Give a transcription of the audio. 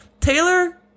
Taylor